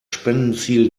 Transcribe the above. spendenziel